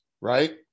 right